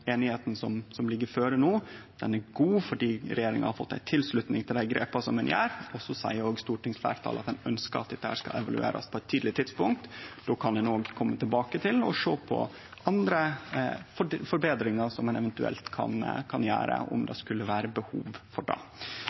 einigheita som ligg føre no, er god fordi regjeringa har fått ei tilslutning til dei grepa ein gjer, og stortingsfleirtalet seier også at ein ønskjer at dette skal evaluerast på eit tidleg tidspunkt. Då kan ein òg kome tilbake til å sjå på andre forbetringar som ein eventuelt kan gjere om det skulle vere behov for det.